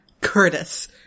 Curtis